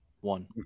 one